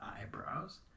eyebrows